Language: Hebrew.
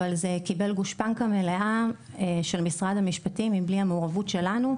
אבל זה קיבל גושפנקא מלאה של משרד המשפטים מבלי המעורבות שלנו,